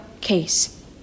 case